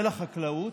ולחקלאות,